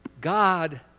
God